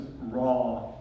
raw